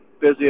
busy